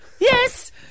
Yes